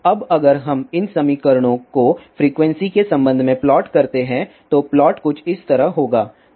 अब अगर हम इन समीकरणों को फ्रीक्वेंसी के संबंध में प्लॉट करते हैं तो प्लॉट कुछ इस तरह होगा